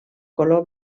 color